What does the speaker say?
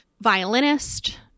violinist